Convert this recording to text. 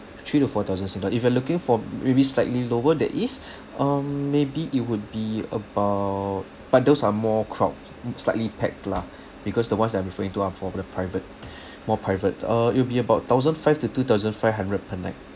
three to four thousand sing do~ if you're looking for maybe slightly lower there is um maybe it would be about but those are more crowd slightly packed lah because the ones that I'm referring to are for the private more private uh it'll be about thousand five to two thousand five hundred per night